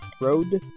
Road